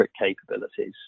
capabilities